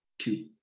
two